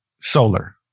Solar